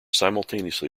simultaneously